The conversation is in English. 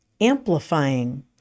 Amplifying